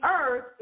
earth